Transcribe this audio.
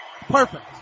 Perfect